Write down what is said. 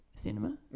cinema